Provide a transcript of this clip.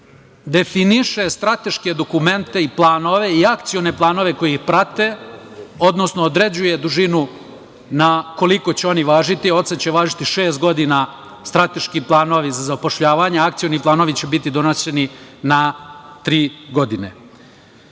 definiše strateške dokumente i akcione planove koji ih prate, odnosno određuje dužinu na koliko će oni važiti. Odsad će važiti šest godina, strateški planovi, a akcioni planovi će biti donošeni na tri godine. Želim